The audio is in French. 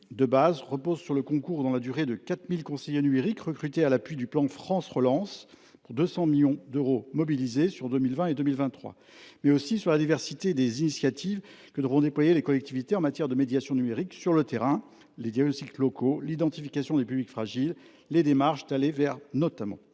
de base repose sur le concours dans la durée des 4 000 conseillers numériques recrutés à l’appui du plan France Relance – 200 millions d’euros sont mobilisés à cette fin pour la période 2020 2023 –, mais aussi sur la diversité des initiatives que devront déployer les collectivités en matière de médiation numérique sur le terrain, notamment les diagnostics locaux, l’identification des publics fragiles, les démarches « d’aller vers ». C’est